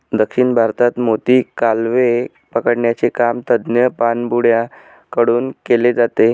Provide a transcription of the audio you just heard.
दक्षिण भारतात मोती, कालवे पकडण्याचे काम तज्ञ पाणबुड्या कडून केले जाते